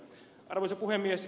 arvoisa puhemies